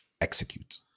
execute